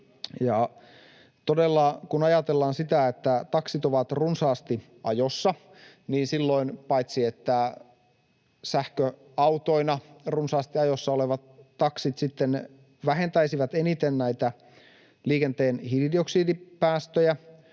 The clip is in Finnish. kun ajatellaan sitä, että taksit ovat runsaasti ajossa, silloin sähköautoina runsaasti ajossa olevat taksit sitten vähentäisivät eniten näitä liikenteen hiilidioksidipäästöjä